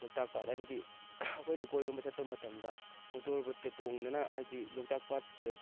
ꯂꯣꯛꯇꯥꯛ ꯄꯥꯠ ꯍꯥꯏꯕꯗꯤ ꯑꯩꯈꯣꯏꯅ ꯀꯣꯏꯕ ꯆꯠꯄ ꯃꯇꯝꯗ ꯃꯣꯇꯣꯔ ꯕꯣꯠꯀ ꯇꯣꯡꯗꯅ ꯍꯥꯏꯕꯗꯤ ꯂꯣꯛꯇꯥꯛ ꯄꯥꯠꯇꯨꯗ